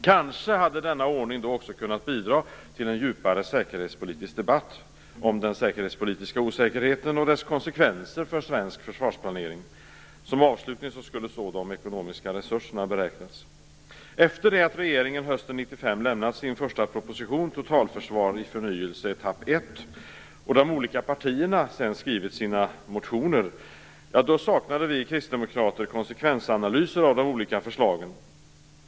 Kanske hade denna ordning då också kunnat bidra till en djupare säkerhetspolitisk debatt om den säkerhetspolitiska osäkerheten och dess konsekvenser för svensk försvarsplanering. Som avslutning skulle så de ekonomiska resurserna beräknats. Efter det att regeringen hösten 1995 lämnat sin första proposition, Totalförsvar i förnyelse - etapp 1, och de olika partierna skrivit sina motioner, saknade vi kristdemokrater konsekvensanalyser av de olika förslagen.